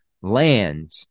land